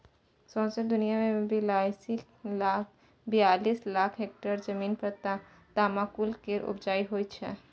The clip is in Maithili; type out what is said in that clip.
सौंसे दुनियाँ मे बियालीस लाख हेक्टेयर जमीन पर तमाकुल केर उपजा होइ छै